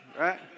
right